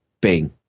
Bing